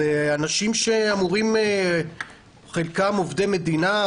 אלה אנשים שהם חלקם עובדי מדינה,